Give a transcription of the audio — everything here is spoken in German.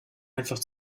einfach